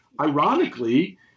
ironically